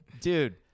Dude